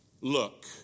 look